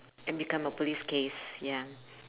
and become a police case ya